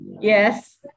Yes